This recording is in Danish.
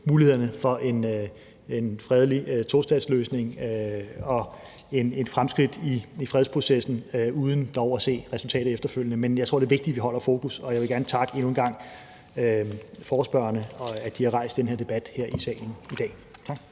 mulighederne for en fredelig tostatsløsning og fremskridt i fredsprocessen uden dog at se resultatet efterfølgende. Men jeg tror, det er vigtigt, at vi holder fokus, og jeg vil gerne endnu en gang takke forespørgerne for, at de har rejst den her debat her i salen i dag. Tak.